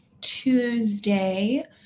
Tuesday